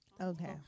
Okay